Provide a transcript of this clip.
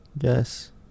Yes